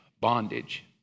bondage